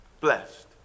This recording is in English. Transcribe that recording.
Blessed